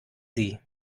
sie